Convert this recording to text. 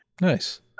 nice